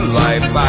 life